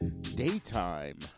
Daytime